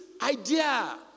idea